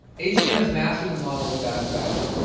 h and m has mastered the model of fast fashion,